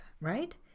right